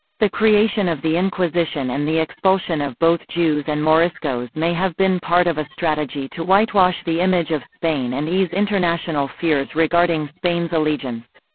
the creation of the inquisition and the expulsion of both jews and moriscos may have been part of a strategy to whitewash the image of spain and ease international fears regarding spain's allegiance.